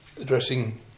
addressing